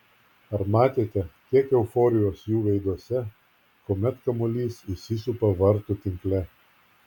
ar matėte kiek euforijos jų veiduose kuomet kamuolys įsisupa vartų tinkle